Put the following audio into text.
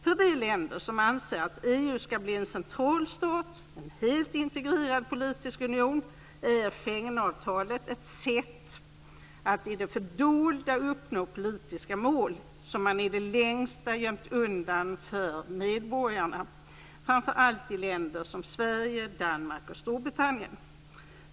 För de länder som anser att EU ska bli en central stat, en helt integrerad politisk union, är Schengenavtalet ett sätt att i det fördolda uppnå politiska mål som man i det längsta gömt undan för medborgarna, framför allt i länder som Sverige, Danmark och Storbritannien.